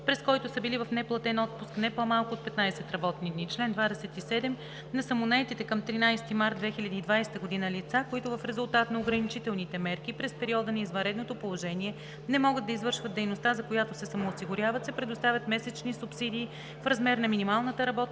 през който са били в неплатен отпуск не по-малко от 15 работни дни. Чл. 27. На самонаетите към 13.03.2020 г. лица, които в резултат на ограничителните мерки през периода на извънредното положение не могат да извършват дейността, за която се самоосигуряват, се предоставят месечни субсидии в размер на минималната работна